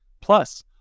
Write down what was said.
Plus